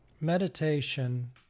meditation